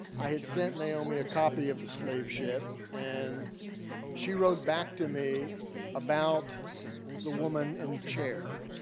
i had sent naomi a copy of the slave ship. and she wrote back to me about the woman in the chair.